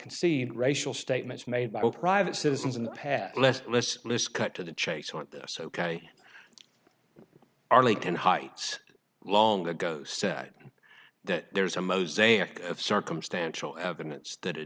concede racial statements made by private citizens and less lists lists cut to the chase want this ok arlington heights long ago said that there's a mosaic of circumstantial evidence that a